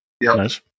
Nice